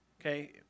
Okay